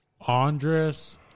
Andres